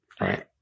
Right